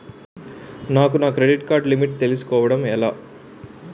నాకు నా credit card limit తెలుసుకోవడం ఎలా?